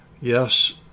Yes